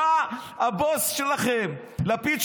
בא הבוס שלכם לפיד,